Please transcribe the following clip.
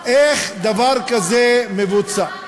איך דבר כזה מבוצע?